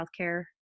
healthcare